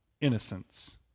Innocence